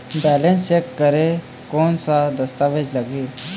Balance check करें कोन सा दस्तावेज लगी?